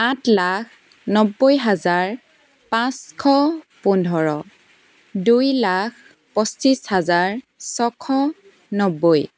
আঠ লাখ নব্বৈ হাজাৰ পাঁচশ পোন্ধৰ দুই লাখ পঁচিছ হাজাৰ ছশ নব্বৈ